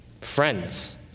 friends